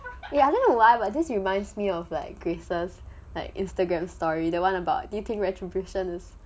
ya I know why but just reminds me of like grace's instagram story the one about getting retributions